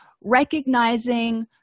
recognizing